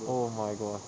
oh my god